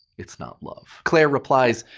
it's not love. claire replies,